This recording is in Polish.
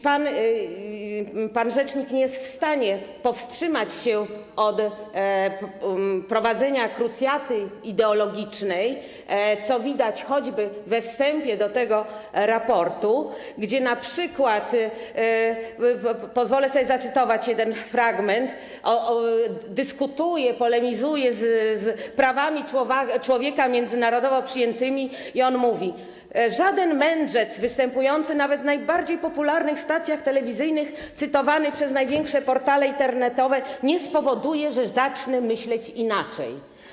Pan rzecznik nie jest w stanie powstrzymać się od prowadzenia krucjaty ideologicznej, co widać choćby we wstępie do tego raportu, gdzie np., pozwolę sobie zacytować jeden fragment, dyskutuje, polemizuje z prawami człowieka międzynarodowo przyjętymi i mówi: Żaden „mędrzec”, występujący nawet w najbardziej popularnych stacjach telewizyjnych, cytowany przez największe portale internetowe, nie spowoduje, że zacznę myśleć inaczej.